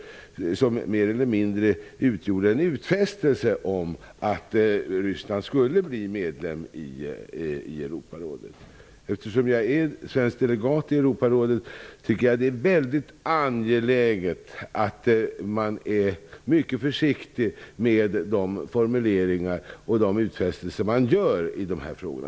Det utgjorde mer eller mindre en utfästelse om att Eftersom jag är svensk delegat i Europarådet tycker jag att det är angeläget att man är mycket försiktig med formuleringar och utfästelser i dessa frågor.